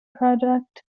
product